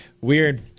Weird